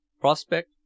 Prospect